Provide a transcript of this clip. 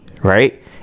right